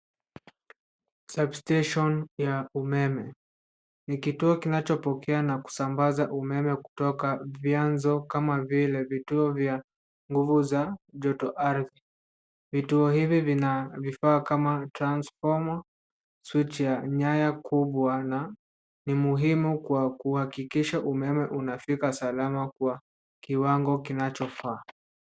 Substation ya umeme, ni kituo kinachopokea na kusambaza umeme kutoka vianzo kama vile vituo vya nguvu za joto ardhi. Vituo hivi vina vifaa kama transfoma, switch ya nyaya kubwa na ni muhimu kwa kuhakikisha umeme unafika salama kwa kiwango kinachofaa.